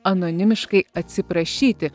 anonimiškai atsiprašyti